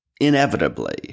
inevitably